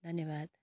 धन्यवाद